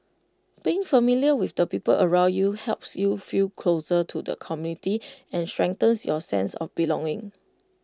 being familiar with the people around you helps you feel closer to the community and strengthens your sense of belonging